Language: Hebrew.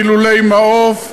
מי שרוצה יקנה מלולי מעוף.